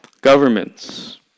governments